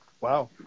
Wow